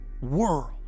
world